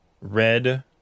red